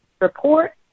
report